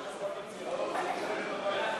פיתוח תיירות,